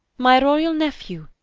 my royall nephew,